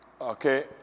okay